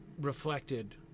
reflected